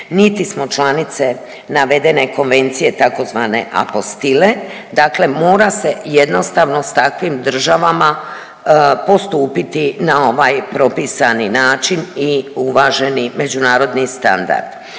niti smo članice navedene Konvencije tzv. Apostille dakle mora se jednostavno s takvim državama postupiti na ovaj propisani način i uvaženi međunarodni standard,